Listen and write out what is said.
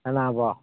ꯀꯅꯥꯕꯨ